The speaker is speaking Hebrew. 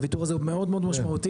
הוויתור הזה הוא מאוד-מאוד משמעותי.